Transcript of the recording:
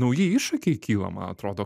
nauji iššūkiai kyla man atrodo